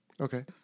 Okay